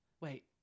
Wait